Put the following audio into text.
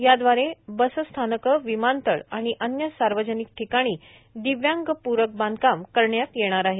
यादवारे बसस्थानक विमानतळ आणि अन्य सार्वजनिक ठिकाणी दिव्यांग प्रक बांधकाम करायचे आहे